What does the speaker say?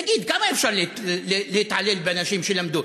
תגיד, כמה אפשר להתעלל באנשים שלמדו?